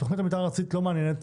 תוכנית המתאר לא מעניינת,